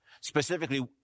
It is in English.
specifically